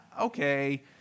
okay